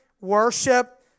worship